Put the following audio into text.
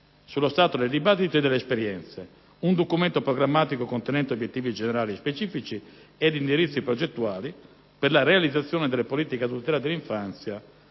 sullo stato del dibattito e delle esperienze, un documento programmatico contenente obiettivi generali e specifici ed indirizzi progettuali per la realizzazione delle politiche a tutela dell'infanzia